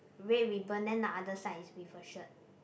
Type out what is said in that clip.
red ribbon then the other side is with a shirt